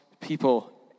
people